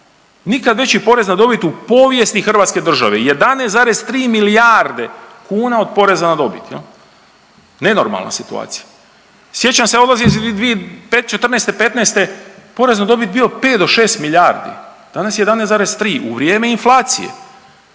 nikad veći porez na dobit u povijesti hrvatske države 11,3 milijarde kuna od poreza na dobit jel, nenormalna situacija. Sjećam se …/Govornik se ne razumije/…'14.-'15. porez na dobit bio 5 do 6 milijardi, danas je 11,3 u vrijeme inflacije.